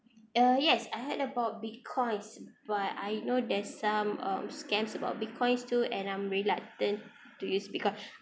uh yes I heard about Bitcoins but I know there's some um scams about Bitcoins too and I'm reluctant to use because